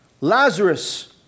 Lazarus